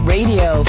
Radio